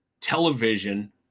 television